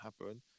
happen